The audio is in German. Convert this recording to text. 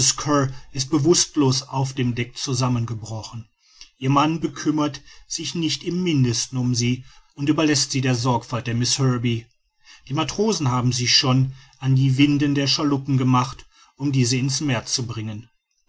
ist bewußtlos auf dem deck zusammen gebrochen ihr mann bekümmert sich nicht im mindesten um sie und überläßt sie der sorgfalt der miß herbey die matrosen haben sich schon an die winden der schaluppen gemacht um diese in's meer zu bringen